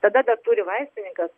tada dar turi vaistininkas